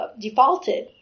defaulted